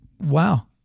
Wow